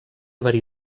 verí